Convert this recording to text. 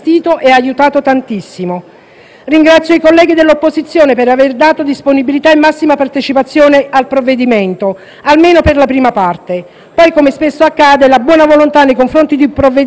Ringrazio i colleghi dell'opposizione, per aver dato disponibilità e massima partecipazione al provvedimento, almeno nella prima parte. Poi, come spesso accade, la buona volontà nei confronti di un provvedimento si è tramutata in occasione